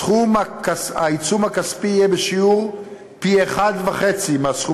סכום העיצום הכספי יהיה פי-1.5 מהסכום